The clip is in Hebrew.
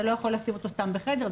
אתה לא יכול לשים אותו סתם בחדר,